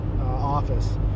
office